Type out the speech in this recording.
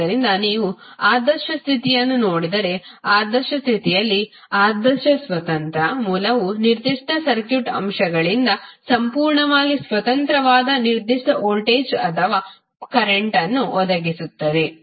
ಆದ್ದರಿಂದ ನೀವು ಆದರ್ಶ ಸ್ಥಿತಿಯನ್ನು ನೋಡಿದರೆ ಆದರ್ಶ ಸ್ಥಿತಿಯಲ್ಲಿ ಆದರ್ಶ ಸ್ವತಂತ್ರ ಮೂಲವು ನಿರ್ದಿಷ್ಟ ಸರ್ಕ್ಯೂಟ್ ಅಂಶಗಳಿಂದ ಸಂಪೂರ್ಣವಾಗಿ ಸ್ವತಂತ್ರವಾದ ನಿರ್ದಿಷ್ಟ ವೋಲ್ಟೇಜ್ ಅಥವಾ ಕರೆಂಟ್ವನ್ನು ಒದಗಿಸುತ್ತದೆ